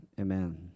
amen